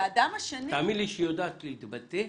תאמין לי שהיא יודעת להתבטא.